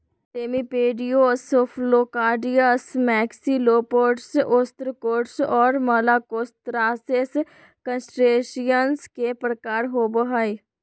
remipedes, cephalocarids, maxillopods, ostracods, और malacostracans, crustaceans के प्रकार होव हइ